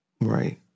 right